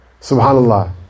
subhanallah